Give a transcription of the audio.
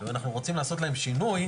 אם אנחנו רוצים לעשות להם שינוי,